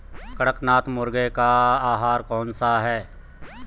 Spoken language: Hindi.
कड़कनाथ मुर्गे का आहार कौन सा है?